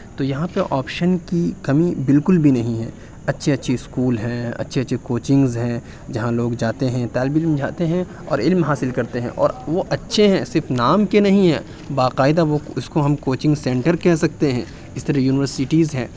تو یہاں پہ آپشن کی کمی بالکل بھی نہیں ہے اچھے اچھے اسکول ہیں اچھی اچھی کوچنگز ہیں جہاں لوگ جاتے ہیں طالب علم جاتے ہیں اور علم حاصل کرتے ہیں اور وہ اچھے ہیں صرف نام کے نہیں ہیں باقاعدہ وہ اس کو ہم کوچنگ سنٹر کہہ سکتے ہیں اسی طرح یونیورسٹیز ہیں